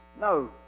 No